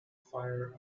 fire